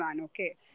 okay